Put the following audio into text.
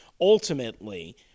ultimately